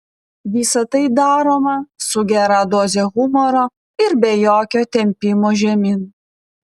visa tai daroma su gera doze humoro ir be jokio tempimo žemyn